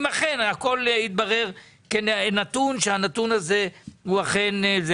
אם אכן יתברר שהנתון הזה הוא אכן כך.